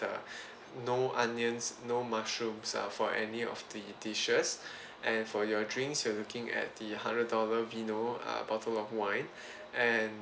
the no onions no mushrooms uh for any of the dishes and for your drinks you are looking at the hundred dollar vino uh bottle of wine and